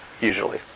usually